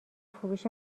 فروش